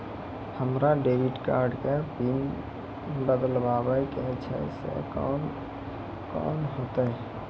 हमरा debit card के PIN बदलबावै के छैं से कौन होतै?